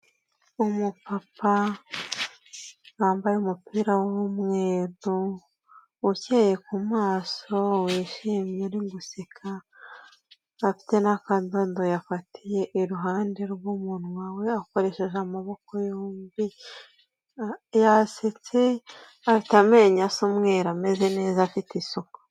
Umupapa wambaye umupira w'umweru, ukeye ku maso wishimye, uri guseka, afite n'akadodo yafatiye iruhande rw'umunwa, akoresheje amaboko yombo, yasetse, afite amenyo asa umweru, ameze neza, afite isuku.